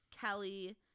Kelly